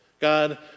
God